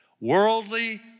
Worldly